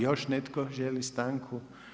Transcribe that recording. Još netko želi stanku?